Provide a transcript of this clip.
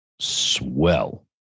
swell